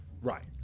right